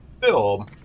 film